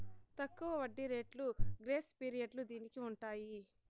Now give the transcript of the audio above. తక్కువ వడ్డీ రేట్లు గ్రేస్ పీరియడ్లు దీనికి ఉంటాయి